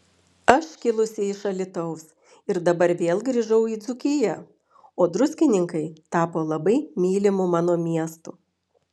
aš kilusi iš alytaus ir dabar vėl grįžau į dzūkiją o druskininkai tapo labai mylimu mano miestu